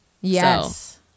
yes